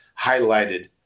highlighted